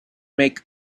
make